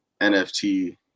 NFT